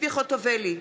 ציפי חוטובלי,